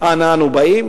אנה אנו באים?